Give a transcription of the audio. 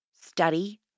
study